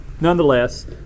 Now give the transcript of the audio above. nonetheless